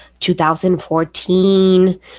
2014